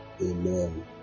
Amen